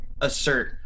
assert